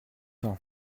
ans